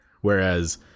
Whereas